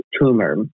tumor